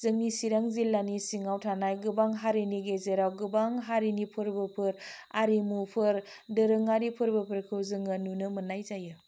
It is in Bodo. जोंनि चिरां जिल्लानि सिङाव थानाय गोबां हारिनि गेजेराव गोबां हारिनि फोरबोफोर आरिमुफोर दोरोङारि फोरबोफोरखौ जोङो नुनो मोन्नाय जायो